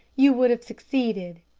you would have succeeded.